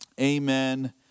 amen